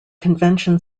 convention